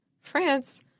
France